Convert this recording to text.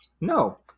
no